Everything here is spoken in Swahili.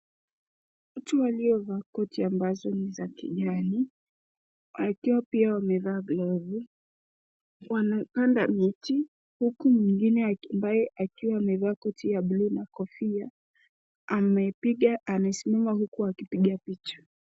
Watu ambao waliovaa koti ambazo ni za kijani wakiwa pia wamevaa glovu. Wnapanda miti huku mwingine ambaye akiwa amevaa koti ya blue na kofia amesimama huku akipiga picha.